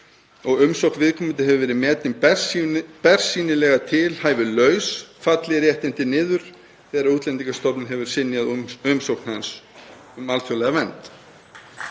og umsókn viðkomandi hefur verið metin bersýnilega tilhæfulaus, falli réttindi niður þegar Útlendingastofnun hefur synjað umsókn um alþjóðlega vernd.